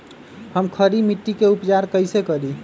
हम खड़ी मिट्टी के उपचार कईसे करी?